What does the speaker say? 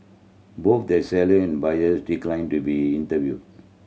both the seller and buyers declined to be interview